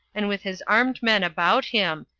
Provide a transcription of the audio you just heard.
and with his armed men about him,